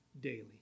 daily